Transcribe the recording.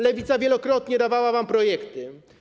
Lewica wielokrotnie dawała wam projekty.